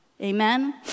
amen